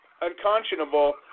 unconscionable